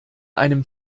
einem